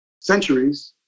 centuries